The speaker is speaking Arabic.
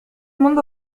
منذ